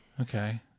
okay